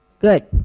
Good